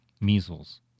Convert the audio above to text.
measles